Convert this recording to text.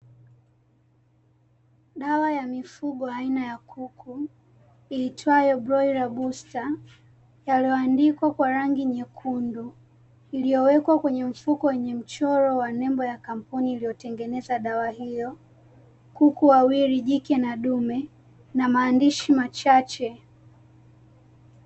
Dawa ya mifugo aina ya kuku iitwayo "BROILER BOOSTER" yaliyoandikwa kwa rangi nyekundu, iliyowekwa kwenye mfuko wenye mchoro wa nembo ya kampuni iliyotengeneza dawa hiyo. Kuku wawili, jike na dume, na maandishi machache.